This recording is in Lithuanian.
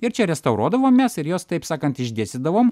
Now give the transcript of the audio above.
ir čia restauruodavom mes ir juos taip sakant išdėstydavom